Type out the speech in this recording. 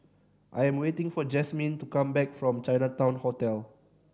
I'm waiting for Jazmine to come back from Chinatown Hotel